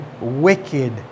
wicked